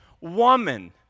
woman